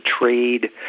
trade